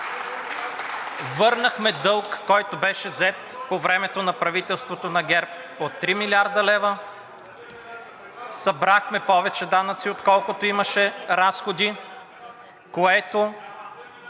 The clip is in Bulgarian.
върнахме дълг, който беше взет по времето на правителството на ГЕРБ от 3 млрд. лв., събрахме повече данъци, отколкото имаше разходи, което